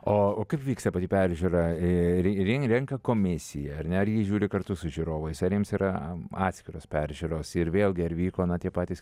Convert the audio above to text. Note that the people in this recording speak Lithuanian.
o o kaip vyksta pati peržiūra ir ren renka komisija ar ne ar ji žiūri kartu su žiūrovais ar jiems yra atskiros peržiūros ir vėlgi ar vyko na tie patys